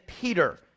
Peter